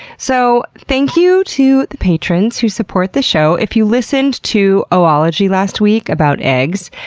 so thank you to the patrons who support the show. if you listened to oology last week about eggs,